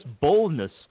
boldness